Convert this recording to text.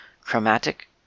chromatic